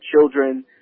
children